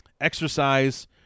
exercise